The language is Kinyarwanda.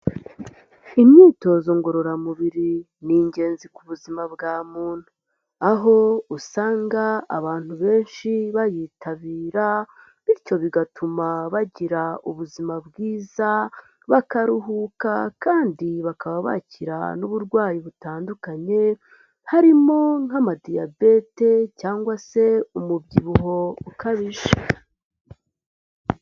Imyitozo ngororamubiri ni ingenzi ku buzima bwa muntu. Aho usanga abantu benshi bayitabira, bityo bigatuma bagira ubuzima bwiza, bakaruhuka kandi bakaba bakira n'uburwayi butandukanye, harimo nk'Amadiyabete cyangwa se umubyibuho ukabije.